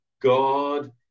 God